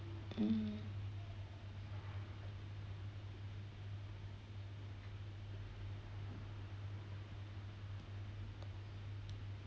mm